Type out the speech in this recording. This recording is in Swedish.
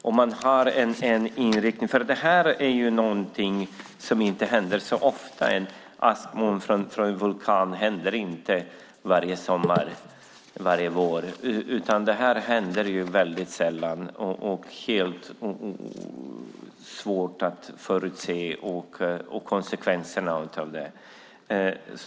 Askmoln från en vulkan förekommer inte ofta, inte varje vår, utan det förekommer väldigt sällan och är svårt att förutse liksom konsekvenserna av det.